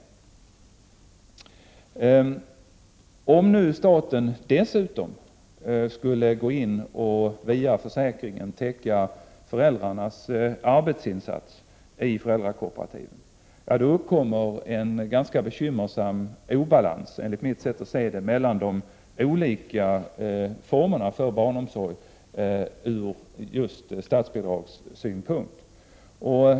z Om nu staten dessutom skulle gå in och via försäkringen täcka föräldrarnas arbetsinsats i föräldrakooperativen, uppkommer en ganska bekymmersam obalans, enligt mitt sätt att se, mellan de olika formerna för barnomsorgen ur statsbidragssynpunkt.